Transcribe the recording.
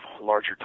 larger